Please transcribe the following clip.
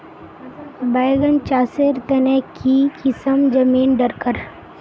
बैगन चासेर तने की किसम जमीन डरकर?